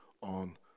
on